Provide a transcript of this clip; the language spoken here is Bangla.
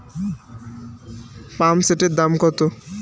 পাম্পসেটের দাম কত?